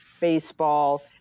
baseball